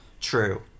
true